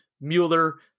Mueller